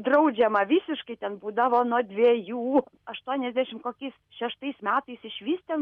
draudžiama visiškai ten būdavo nuo dviejų aštuoniasdešimt kokiais šeštais metais išvis ten